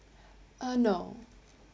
uh no